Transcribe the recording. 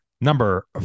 number